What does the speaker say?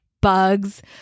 bugs